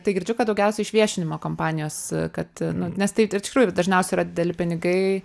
tai girdžiu kad daugiausia iš viešinimo kampanijos kad nu nes taip iš tikrųjų ir dažniausiai yra dideli pinigai